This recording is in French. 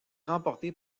remportée